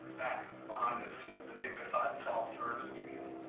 back behind us, the dignified tall first begin.